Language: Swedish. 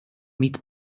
mitt